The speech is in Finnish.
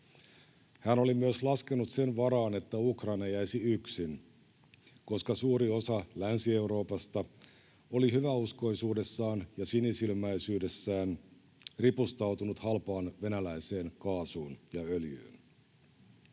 Hän oli myös laskenut sen varaan, että Ukraina jäisi yksin, koska suuri osa Länsi-Euroopasta oli hyväuskoisuudessaan ja sinisilmäisyydessään ripustautunut halpaan venäläiseen kaasuun ja öljyyn.